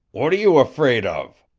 what are you afraid of?